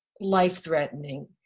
life-threatening